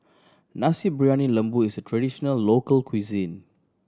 Nasi Briyani Lembu is a traditional local cuisine